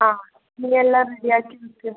ആ നീ എല്ലാം റെഡി ആക്കി വയ്ക്ക്